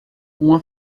uma